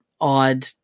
odd